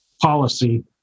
policy